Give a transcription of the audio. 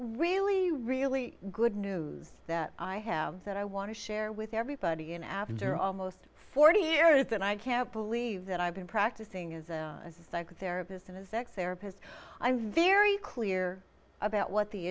really really good news that i have that i want to share with everybody and after almost forty years that i can't believe that i've been practicing as a psychotherapist and as a sex therapist i'm very clear about what the